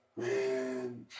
Man